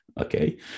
okay